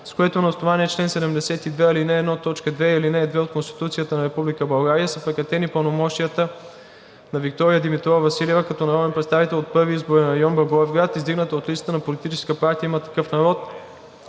с което на основание чл. 72, ал. 1, т. 1 и ал. 2 от Конституцията на Република България са прекратени пълномощията на Виктория Димитрова Василева като народен представител от Първи изборен район – Благоевград, издигната от листата на политическа партия „Има такъв народ“